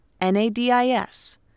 N-A-D-I-S